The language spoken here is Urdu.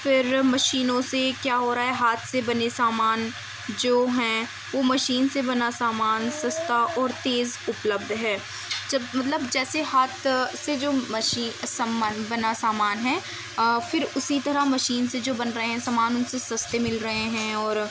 پھر مشینوں سے کیا ہو رہا ہے ہاتھ سے بنے سامان جو ہیں وہ مشین سے بنا سامان سستا اور تیز اپلبدھ ہے جب مطلب جیسے ہاتھ سے جو مش سامان بنا سامان ہے پھر اسی طرح مشین سے جو بن رہے ہیں سامان ان سے سستے مل رہے ہیں اور